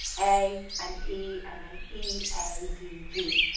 a and e, and then e a d g,